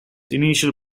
initial